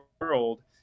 world